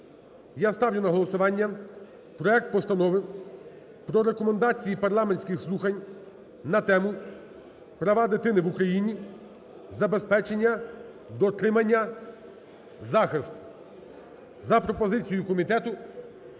Я ставлю на голосування проект Постанови про Рекомендації парламентських слухань на тему: "Права дитини в Україні: забезпечення, дотримання, захист",